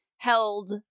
held